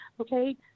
Okay